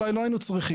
אולי לא היינו צריכים.